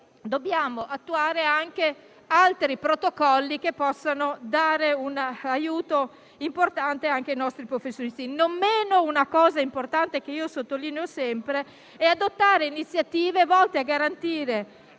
dobbiamo attuare altri protocolli che possano dare un aiuto importante anche ai nostri professionisti. Ritengo non meno importante, come sottolineo sempre, l'adozione di iniziative volte a garantire